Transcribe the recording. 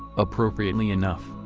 appropriately enough,